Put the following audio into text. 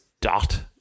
dot